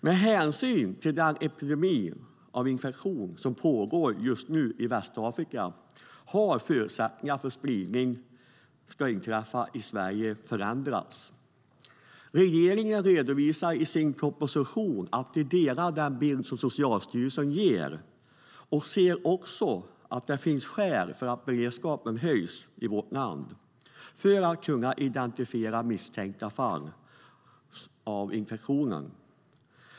Med hänsyn till den epidemi av ebola som pågår just nu i Västafrika har förutsättningarna för att en spridning ska inträffa i Sverige förändrats. Regeringen redovisar i sin proposition att man delar den bild som Socialstyrelsen ger och ser också att det finns skäl för att höja beredskapen i vårt land för att kunna identifiera misstänkta fall av infektionen.